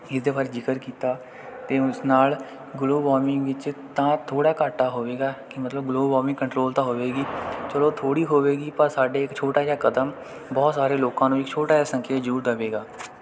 ਇਸ ਦੇ ਬਾਰੇ ਜ਼ਿਕਰ ਕੀਤਾ ਅਤੇ ਉਸ ਨਾਲ ਗਲੋਬਲ ਵਾਰਮਿੰਗ ਵਿੱਚ ਤਾਂ ਥੋੜ੍ਹਾ ਘਾਟਾ ਹੋਵੇਗਾ ਕਿ ਮਤਲਬ ਗਲੋਬਲ ਵਾਰਮਿੰਗ ਕੰਟਰੋਲ ਤਾਂ ਹੋਵੇਗੀ ਚਲੋ ਥੋੜ੍ਹੀ ਹੋਵੇਗੀ ਪਰ ਸਾਡੇ ਛੋਟਾ ਜਿਹਾ ਕਦਮ ਬਹੁਤ ਸਾਰੇ ਲੋਕਾਂ ਨੂੰ ਇੱਕ ਛੋਟਾ ਜਿਹਾ ਸੰਕੇਤ ਜ਼ਰੂਰ ਦੇਵੇਗਾ